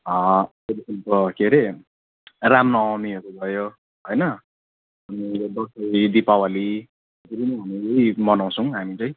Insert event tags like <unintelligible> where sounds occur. अँ त्यहाँदेखिको के अरे रामनवमीहरू भयो होइन अनि यो दसैँ दिपावली <unintelligible> मनाउँछौँ हामी चाहिँ